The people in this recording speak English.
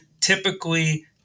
typically